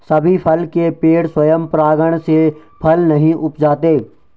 सभी फल के पेड़ स्वयं परागण से फल नहीं उपजाते